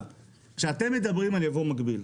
כשאתם מדברים על יבוא מקביל,